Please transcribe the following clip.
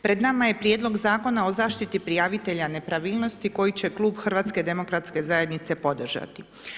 Pred nama je Prijedlog Zakona o zaštiti prijavitelja nepravilnosti, koji će Klub HDZ-a podržati.